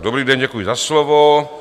Dobrý den, děkuji za slovo.